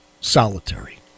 solitary